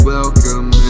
Welcome